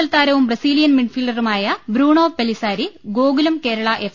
L താരവും Brazilian മിഡ്ഫീൽഡറുമായ Bruno Pelissari Gokulam Kerala F